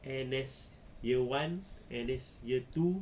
N_S year one N_S year two